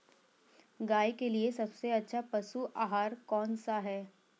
गाय के लिए सबसे अच्छा पशु आहार कौन सा है?